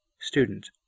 Student